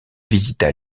visita